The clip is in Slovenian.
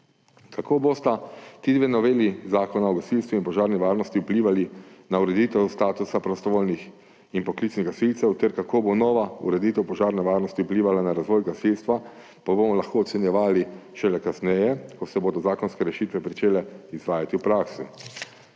Kako bosta ti dve noveli, Zakona o gasilstvu in Zakona o požarni varnosti, vplivali na ureditev statusa prostovoljnih in poklicnih gasilcev ter kako bo nova ureditev požarne varnosti vplivala na razvoj gasilstva, pa bomo lahko ocenjevali šele kasneje, ko se bodo zakonske rešitve pričele izvajati v praksi.